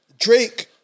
Drake